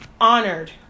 honored